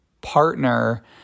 partner